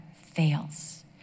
fails